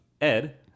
Ed